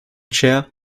chair